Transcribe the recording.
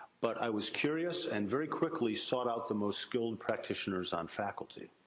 but i was curious, and very quickly sought out the most skilled practitioners on faculty.